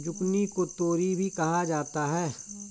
zucchini को तोरी भी कहा जाता है